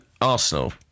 Arsenal